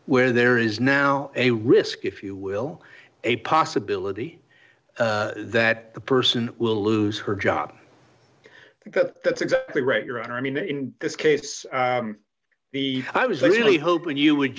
where there is now a risk if you will a possibility that the person will lose her job because that's exactly right your honor i mean in this case the i was really hoping you would